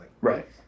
Right